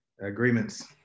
agreements